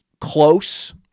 close